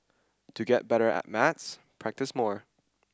to get better at maths practise more